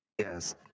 Yes